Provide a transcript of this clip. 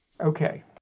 Okay